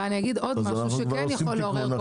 אז אנחנו כבר עושים תיקון.